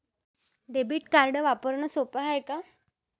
Debit card वापरणं सोप हाय का?